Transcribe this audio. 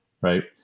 right